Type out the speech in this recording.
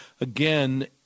Again